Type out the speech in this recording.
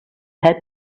had